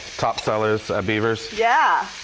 top sellers at beavers. yeah